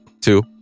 Two